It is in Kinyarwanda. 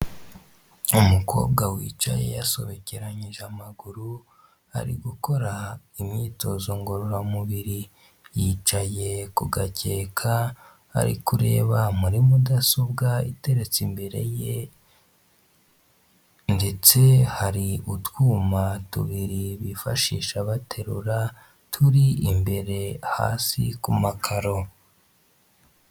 Umukobwa wicaye yasobekeranyije amaguru ari gukora imyitozo ngororamubiri, yicaye ku gakeka ari kureba muri mudasobwa iteretse imbere ye ndetse hari utwuma tubiri bifashisha baterura turi imbere hasi ku makaro.